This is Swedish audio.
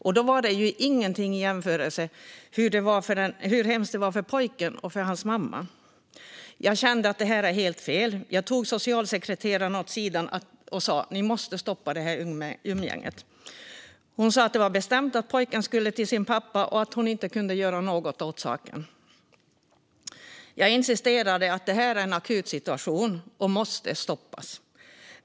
Och då är det ju inget i jämförelse med hur hemskt det var för pojken och hans mamma. Jag kände att detta var helt fel. Jag tog socialsekreteraren åt sidan och sa att de måste stoppa umgänget. Hon sa att det var bestämt att pojken skulle till sin pappa och att hon inte kunde göra något åt saken. Jag insisterade på att detta var en akut situation och att besöket måste stoppas.